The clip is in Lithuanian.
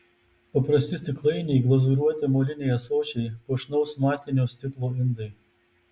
paprasti stiklainiai glazūruoti moliniai ąsočiai puošnaus matinio stiklo indai